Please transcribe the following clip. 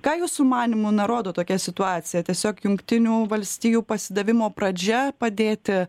ką jūsų manymu na rodo tokia situacija tiesiog jungtinių valstijų pasidavimo pradžia padėti